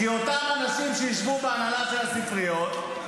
כי אותם אנשים שישבו בהנהלה של הספריות,